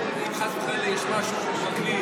אם חס וחלילה יש משהו מול פרקליט,